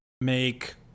Make